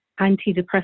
antidepressants